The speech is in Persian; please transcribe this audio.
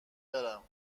برم